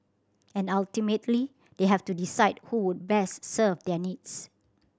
and ultimately they have to decide who would best serve their needs